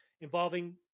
involving